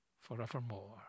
forevermore